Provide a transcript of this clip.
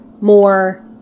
more